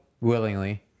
willingly